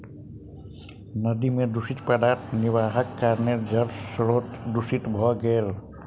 नदी में दूषित पदार्थ निर्वाहक कारणेँ जल स्त्रोत दूषित भ गेल